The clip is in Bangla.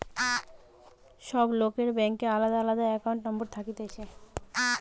সব লোকের ব্যাংকে আলদা আলদা একাউন্ট নম্বর থাকতিছে